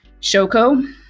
Shoko